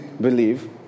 believe